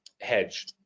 hedge